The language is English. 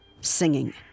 singing